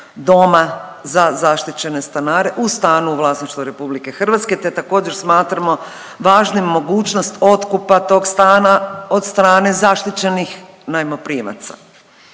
doma za zaštićene stanare u stanu u vlasništvu RH te također smatramo važnim mogućnost otkupa tog stana od strane zaštićenih najmoprimaca.